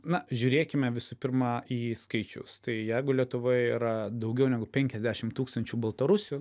na žiūrėkime visų pirma į skaičius tai jeigu lietuvoj yra daugiau negu penkiasdešim tūkstančių baltarusių